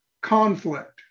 conflict